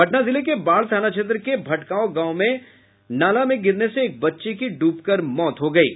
पटना जिले के बाढ़ थाना क्षेत्र के भटगांव गांव में नाला में गिरने से एक बच्चे की डूबकर मौत हो गयी